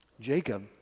Jacob